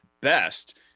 best